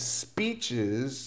speeches